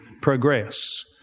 progress